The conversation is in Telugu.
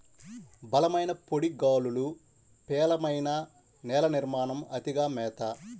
బలమైన పొడి గాలులు, పేలవమైన నేల నిర్మాణం, అతిగా మేత